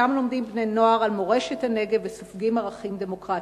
שם לומדים בני-נוער על מורשת הנגב וסופגים ערכים דמוקרטיים.